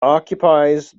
occupies